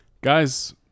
Guys